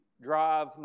drive